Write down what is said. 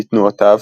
לתנועותיו,